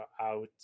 out